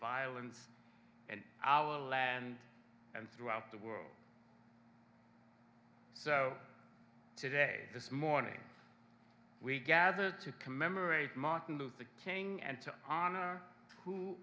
violence and our land and throughout the world today this morning we gathered to commemorate martin luther king and to honor who